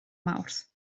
mawrth